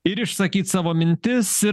ir išsakyt savo mintis ir